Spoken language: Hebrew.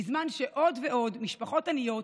בזמן שעוד ועוד משפחות עניות,